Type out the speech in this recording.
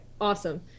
Awesome